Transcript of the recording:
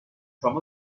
from